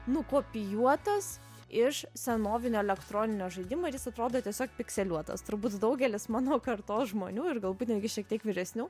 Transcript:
nukopijuotas iš senovinio elektroninio žaidimo ir jis atrodo tiesiog pikseliuotas turbūt daugelis mano kartos žmonių ir galbūt netgi šiek tiek vyresnių